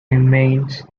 remains